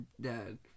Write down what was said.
dad